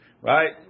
right